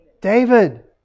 David